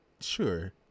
Sure